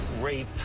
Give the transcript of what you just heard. rape